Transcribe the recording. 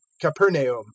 capernaum